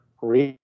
Read